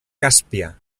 càspia